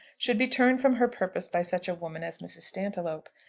should be turned from her purpose by such a woman as mrs. stantiloup.